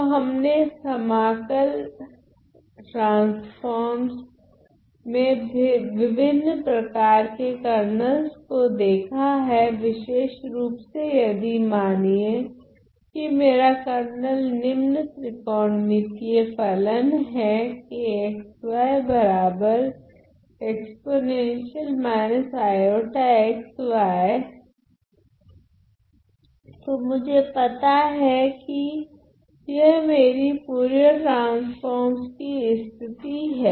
तो हमने समकल ट्रांसफोर्मस में विभिन्न प्रकार के कर्नलस को देखा हैं विशेषरूप से यदि मानिए की मेरा कर्नल निम्न त्रिकोणमितीय फलन है तो मुझे पता है कि यह मेरी फुरियर ट्रान्स्फ़ोर्म कि स्थिति हैं